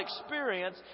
experience